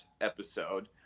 episode